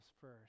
first